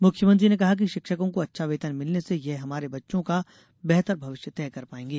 मुख्यमंत्री ने कहा शिक्षकों को अच्छा वेतन मिलने से यह हमारे बच्चों का बेहतर भविष्य तय कर पाएंगे